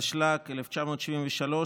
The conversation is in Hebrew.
התשל"ג 1973,